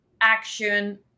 action